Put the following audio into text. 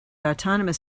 autonomous